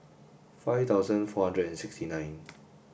five thousand four hundred and sixty nine